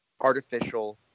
artificial